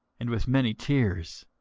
and with many tears,